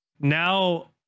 Now